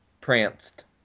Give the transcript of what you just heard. Pranced